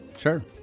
Sure